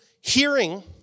hearing